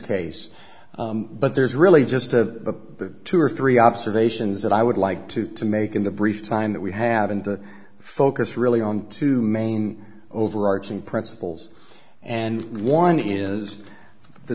case but there's really just the two or three observations that i would like to to make in the brief time that we have and focus really on two main overarching principles and one is the